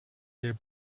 their